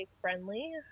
friendly